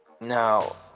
Now